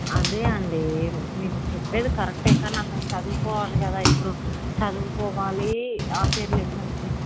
అదే అండి మీరు చెప్పేది కరెక్టే కానీ అతను చదువుకోవాలి కదా ఇప్పుడు చదువుకోవాలి హాఫ్ ఇయర్లీ ఎగ్జామ్